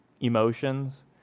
emotions